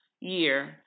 year